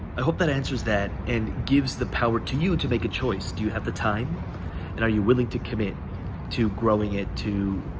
i hope that answers that and gives the power to you to make a choice. do you have the time and are you willing to commit to growing it, to